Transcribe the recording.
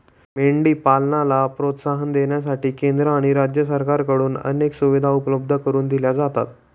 मेंढी पालनाला प्रोत्साहन देण्यासाठी केंद्र आणि राज्य सरकारकडून अनेक सुविधा उपलब्ध करून दिल्या जातात